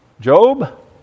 Job